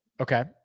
Okay